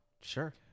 Sure